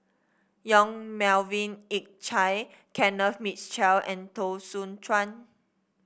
Yong Melvin Yik Chye Kenneth Mitchell and Teo Soon Chuan